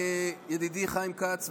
ידידי חיים כץ,